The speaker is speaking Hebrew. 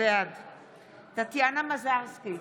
בעד טטיאנה מזרסקי,